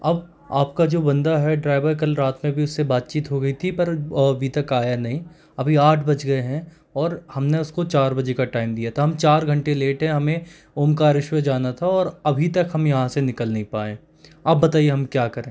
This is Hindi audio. अब आप का जो बंदा है ड्राईवर कल रात में भी उससे बातचीत हो गई थी पर वो अभी तक आया नहीं अभी आठ बज गए हैं और हमने उसको चार बजे का टाइम दिया था हम चार घंटे लेट हैं हमें ओमकारेश्वर जाना था और अभी तक हम यहाँ से निकल नहीं पाए आप बताइए हम क्या करें